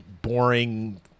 Boring